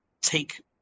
take